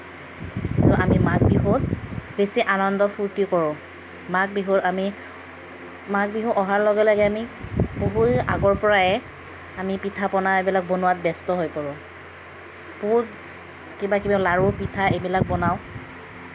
আমি মাঘবিহুত বেছি আনন্দ ফুৰ্তি কৰোঁ মাঘ বিহুৰ আমি মাঘ বিহু অহাৰ লগে লগে আমি বহুত আগৰ পৰাই আমি পিঠা পনা এইবিলাক বনোৱাত ব্যস্ত হৈ পৰোঁ বহুত কিবা কিবি লাৰু পিঠা এইবিলাক বনাওঁ